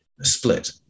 split